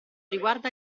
riguarda